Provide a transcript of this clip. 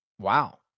Wow